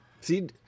see